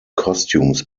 costumes